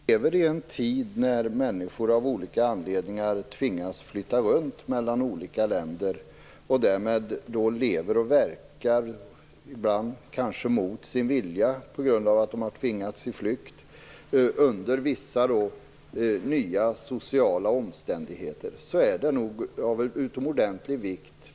Herr talman! Vi lever i en tid när människor av olika anledningar tvingas flytta runt mellan olika länder. Därmed lever och verkar de, ibland kanske mot sin vilja på grund av att de har tvingats till flykt, under vissa nya sociala omständigheter.